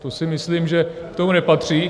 To si myslím, že k tomu nepatří.